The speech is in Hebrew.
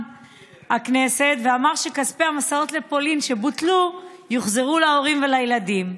הכנסת ואמר שכספי המסעות לפולין שבוטלו יוחזרו להורים ולילדים.